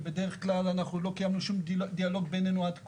שבדרך כלל אנחנו לא קיימנו שום דיאלוג בינינו עד כה.